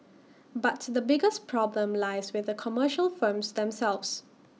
but the biggest problem lies with commercial firms themselves